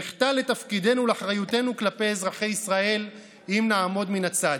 נחטא לתפקידנו ולאחריותנו כלפי אזרחי ישראל אם נעמוד מן הצד.